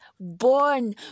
born